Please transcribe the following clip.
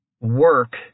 work